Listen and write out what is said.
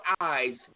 eyes